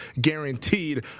guaranteed